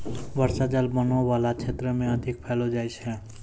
बर्षा जल बनो बाला क्षेत्र म अधिक पैलो जाय छै